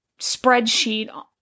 spreadsheet